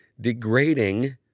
degrading